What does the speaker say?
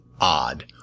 odd